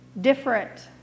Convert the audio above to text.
different